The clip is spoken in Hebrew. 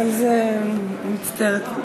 אבל זה, אני מצטערת.